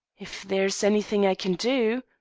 if there is anything i can do,